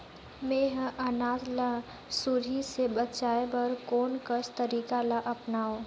मैं ह अनाज ला सुरही से बचाये बर कोन कस तरीका ला अपनाव?